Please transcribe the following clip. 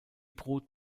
brut